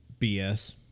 BS